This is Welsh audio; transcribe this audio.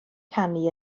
canu